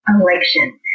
election